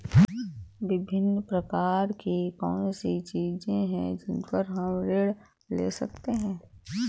विभिन्न प्रकार की कौन सी चीजें हैं जिन पर हम ऋण ले सकते हैं?